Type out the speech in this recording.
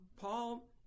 Paul